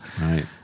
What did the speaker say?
Right